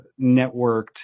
networked